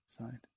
side